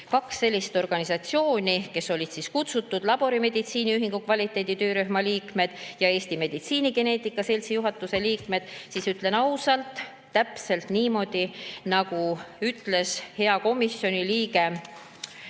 kaks sellist organisatsiooni, kes olid kutsutud – laborimeditsiini ühingu kvaliteedi töörühma liikmed ja Eesti Meditsiinigeneetika Seltsi juhatuse liikmed. Ütlen ausalt, täpselt niimoodi, nagu ütles hea komisjoni liige